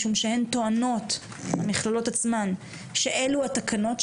משום שהמכללות עצמן טוענות שאלו התקנות,